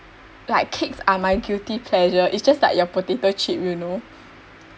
like cakes are my guilty pleasure is just like your potato chip you know